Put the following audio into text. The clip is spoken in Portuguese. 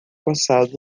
passado